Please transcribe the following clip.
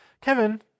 Kevin